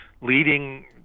leading